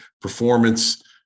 performance